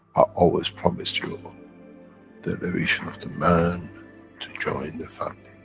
always promised you the elevation of the man to join the family.